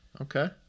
Okay